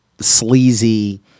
sleazy